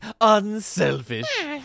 Unselfish